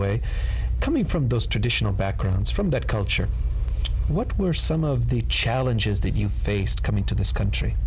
way coming from those traditional backgrounds from that culture what were some of the challenges that you faced coming to this country